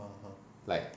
like